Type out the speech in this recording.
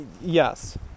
yes